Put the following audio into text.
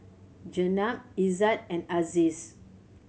Jenab Izzat and Aziz